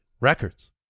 records